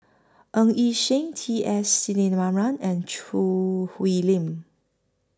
Ng Yi Sheng T S Sinnathuray and Choo Hwee Lim